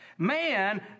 Man